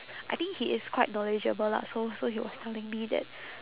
I think he is quite knowledgeable lah so so he was telling me that